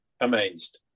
amazed